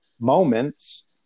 moments